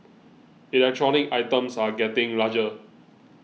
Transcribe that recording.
electronic items are getting larger